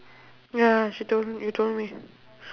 ya she told me you told me